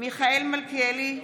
מיכאל מלכיאלי,